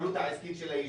להתנהלות העסקית של היישוב.